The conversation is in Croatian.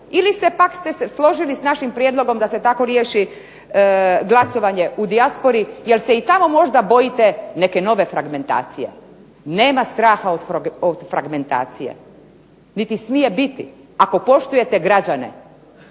Ili ste se pak složili s našim prijedlogom da se tako riješi glasovanje u dijaspori, jel se i tamo možda bojite neke nove fragmentacije. Nema straha od fragmentacije niti smije biti ako poštujete građane,